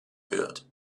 wird